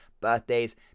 birthdays